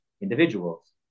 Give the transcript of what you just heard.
individuals